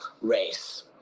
race